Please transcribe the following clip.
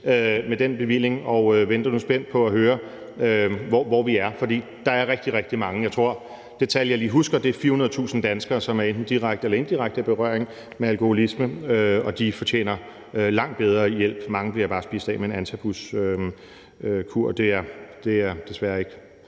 med den bevilling, og jeg venter nu så spændt på at høre, hvor vi er. For der er rigtig, rigtig mange danskere – det tal, jeg lige husker, er 400.000 – som enten direkte eller indirekte er i berøring med alkoholisme, og de fortjener langt bedre hjælp. Mange bliver bare spist af med en antabuskur, og det er desværre ikke